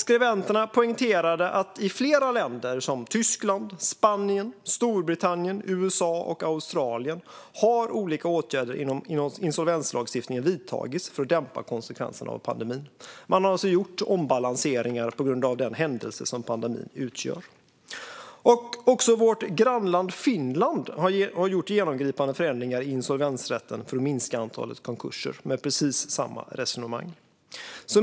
Skribenterna poängterade att i flera länder, såsom Tyskland, Spanien, Storbritannien, USA och Australien, har olika åtgärder inom insolvenslagstiftningen vidtagits för att dämpa konsekvenserna av pandemin. Man har alltså gjort ombalanseringar på grund av den händelse som pandemin utgör. Även vårt grannland Finland har med precis samma resonemang gjort genomgripande förändringar i insolvensrätten för att minska antalet konkurser. Fru talman!